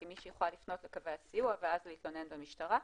כי מישהי יכולה לפנות לקווי הסיוע ואז להתלונן במשטרה.